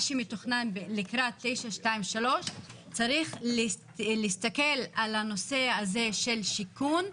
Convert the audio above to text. שמתוכנן לקראת 923 צריך להסתכל על הנושא הזה של שיכון,